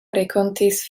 renkontis